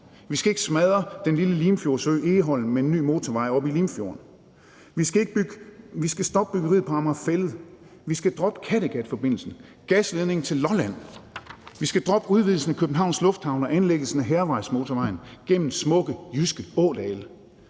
vi skal ikke smadre den lille Limfjordsø Egholm med en ny motorvej oppe i Limfjorden, vi skal stoppe byggeriet på Amager Fælled, vi skal droppe Kattegatforbindelsen, gasledningen til Lolland, vi skal droppe udvidelsen af Københavns Lufthavn og anlæggelsen af Hærvejsmotorvejen gennem smukke jyske ådale.